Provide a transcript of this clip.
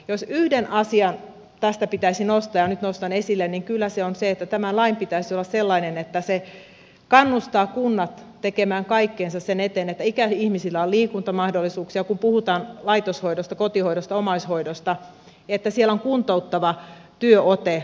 jos yksi asia tästä pitäisi nostaa ja nyt nostan esille niin kyllä se on se että tämän lain pitäisi olla sellainen että se kannustaa kunnat tekemään kaikkensa sen eteen että ikäihmisillä on liikuntamahdollisuuksia kun puhutaan laitoshoidosta kotihoidosta omaishoidosta että siellä on kuntouttava työote